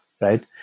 right